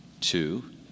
two